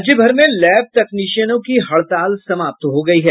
राज्य भर में लैब तकनीशियनों की हड़ताल समाप्त हो गयी है